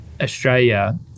Australia